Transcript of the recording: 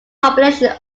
population